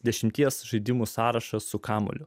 dešimties žaidimų sąrašą su kamuoliu